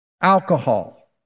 alcohol